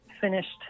finished